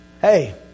Hey